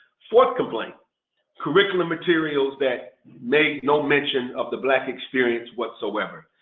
fourth complaint curriculum materials that made no mention of the black experience whatsoever.